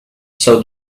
saw